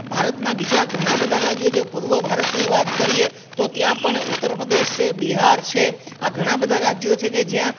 ભારતના બીજા ઘણાબધા રાજ્યો છે પૂર્વ ભારતની વાત કરીએ તો ત્યાં પણ ઉત્તર પ્રદેશ છે બિહાર છે આ ઘણા બધા રાજ્યો છે કે જ્યાં